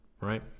right